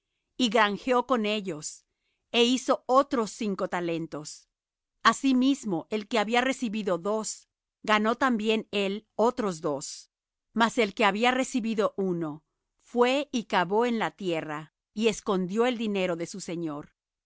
y granjeó con ellos é hizo otros cinco talentos asimismo el que había recibido dos ganó también él otros dos mas el que había recibido uno fué y cavó en la tierra y escondió el dinero de su señor